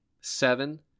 seven